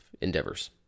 endeavors